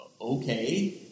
Okay